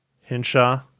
Hinshaw